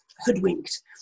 hoodwinked